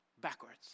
backwards